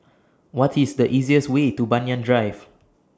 What IS The easiest Way to Banyan Drive